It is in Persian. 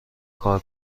کار